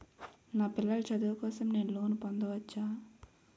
నా పిల్లల చదువు కోసం నేను లోన్ పొందవచ్చా?